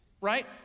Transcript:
Right